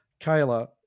Kayla